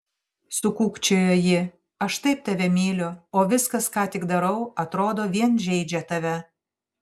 sukūkčiojo ji aš taip tave myliu o viskas ką tik darau atrodo vien žeidžia tave